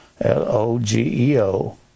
L-O-G-E-O